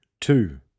two